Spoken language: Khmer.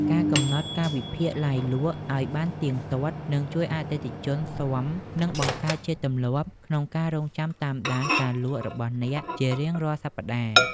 ការកំណត់ កាលវិភាគឡាយលក់ ឱ្យបានទៀងទាត់ នឹងជួយឱ្យអតិថិជនស៊ាំ និងបង្កើតជាទម្លាប់ក្នុងការរង់ចាំតាមដានការលក់របស់អ្នកជារៀងរាល់សប្ដាហ៍។